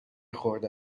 خورده